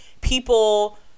people